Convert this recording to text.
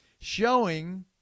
showing